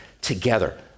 together